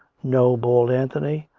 no bawled anthony.